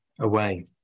away